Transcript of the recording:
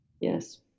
yes